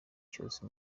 cyose